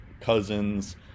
Cousins